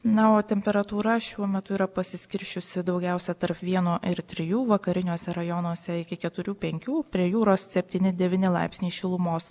na o temperatūra šiuo metu yra pasiskirsčiusi daugiausia tarp vieno ir trijų vakariniuose rajonuose iki keturių penkių prie jūros septyni devyni laipsniai šilumos